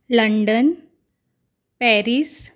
London Paris